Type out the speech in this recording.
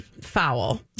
foul